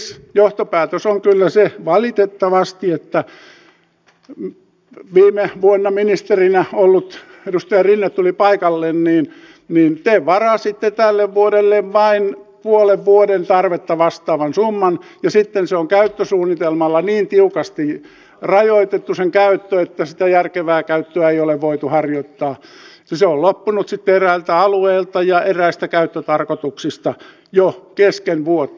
siis johtopäätös on kyllä valitettavasti se että viime vuonna ministerinä ollut edustaja rinne tuli paikalle te varasitte tälle vuodelle vain puolen vuoden tarvetta vastaavan summan ja sitten on käyttösuunnitelmalla niin tiukasti rajoitettu sen käyttö että sitä järkevää käyttöä ei ole voitu harjoittaa ja se on loppunut sitten eräiltä alueilta ja eräistä käyttötarkoituksista jo kesken vuotta